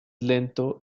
lento